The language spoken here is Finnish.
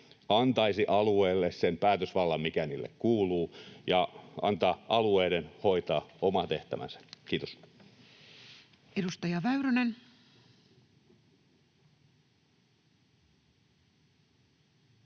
antaisi alueille sen päätösvallan, mikä niille kuuluu, ja antaa alueiden hoitaa oman tehtävänsä. — Kiitos.